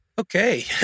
okay